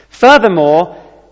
Furthermore